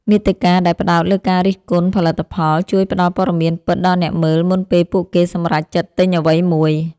មាតិកាដែលផ្ដោតលើការរិះគន់ផលិតផល ជួយផ្តល់ព័ត៌មានពិតដល់អ្នកមើលមុនពេលពួកគេសម្រេចចិត្តទិញអ្វីមួយ។